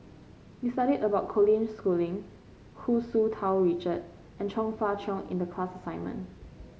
we studied about Colin Schooling Hu Tsu Tau Richard and Chong Fah Cheong in the class assignment